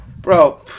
Bro